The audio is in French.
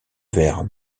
vers